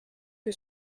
que